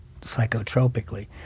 psychotropically